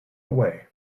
away